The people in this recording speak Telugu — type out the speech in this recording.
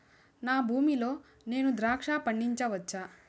నా భూమి లో నేను ద్రాక్ష పండించవచ్చా?